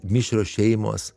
mišrios šeimos